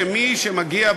שמי שמגיע,